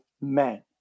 men